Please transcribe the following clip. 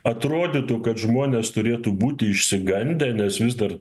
atrodytų kad žmonės turėtų būti išsigandę nes vis dar